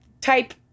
type